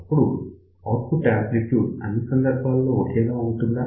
అప్పుడు output amplitude అన్ని సందర్భాలలో ఒకేలా ఉంటుందా